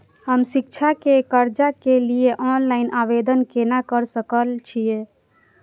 हम शिक्षा के कर्जा के लिय ऑनलाइन आवेदन केना कर सकल छियै?